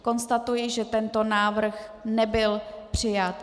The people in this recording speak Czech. Konstatuji, že tento návrh nebyl přijat.